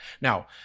Now